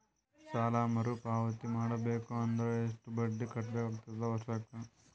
ಸಾಲಾ ಮರು ಪಾವತಿ ಮಾಡಬೇಕು ಅಂದ್ರ ಎಷ್ಟ ಬಡ್ಡಿ ಕಟ್ಟಬೇಕಾಗತದ ವರ್ಷಕ್ಕ?